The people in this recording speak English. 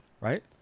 Right